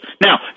Now